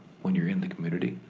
when you're in the community,